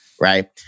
right